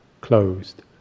closed